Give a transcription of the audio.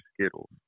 Skittles